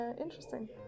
interesting